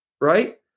right